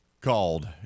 called